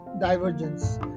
divergence